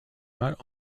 not